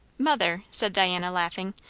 mother, said diana, laughing,